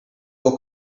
will